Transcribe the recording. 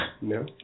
No